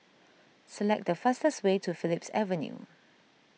select the fastest way to Phillips Avenue